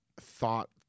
thought